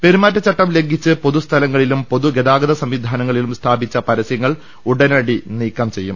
പെരുമാറ്റച്ചട്ടം ലംഘിച്ച് പൊതുസ്ഥലങ്ങളിലും പൊതുഗതാഗത സംവി ധാനങ്ങളിലും സ്ഥാപിച്ച പരസൃങ്ങൾ ഉടനടി നീക്കം ചെയ്യും